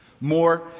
More